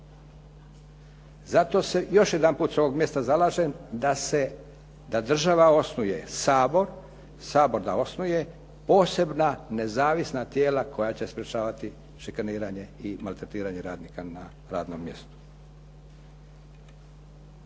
Zato se još jedanput s ovog mjesta zalažem da se, da država osnuje sabor, sabor da osnuje posebna nezavisna tijela koja će sprječavati šikaniranje i maltretiranje radnika na radnom mjestu.